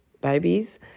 babies